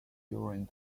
during